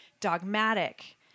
dogmatic